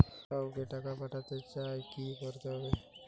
কাউকে টাকা পাঠাতে চাই কি করতে হবে?